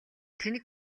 тэнэг